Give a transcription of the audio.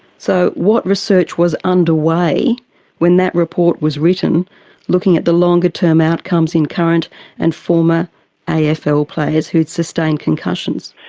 so what research was underway when that report was written looking at the longer term outcomes in current and former afl ah so players who had sustained concussions?